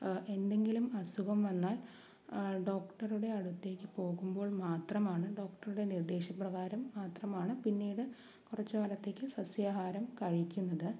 എന്തെങ്കിലും അസുഖം വന്നാൽ ഡോക്ടറുടെ അടുത്തേക്ക് പോകുമ്പോൾ മാത്രമാണ് ഡോക്ടറുടെ നിർദ്ദേശപ്രകാരം മാത്രമാണ് പിന്നീട് കുറച്ച് കാലത്തേക്ക് സസ്യഹാരം കഴിക്കുന്നത്